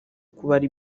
kubara